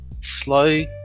Slow